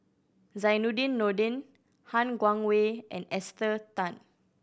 Zainudin Nordin Han Guangwei and Esther Tan